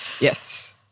Yes